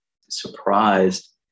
surprised